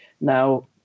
Now